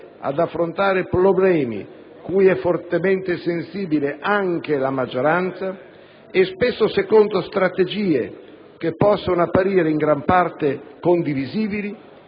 ad affrontare problemi cui è fortemente sensibile anche la maggioranza e spesso secondo strategie che possono apparire in gran parte condivisibili,